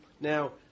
Now